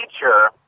feature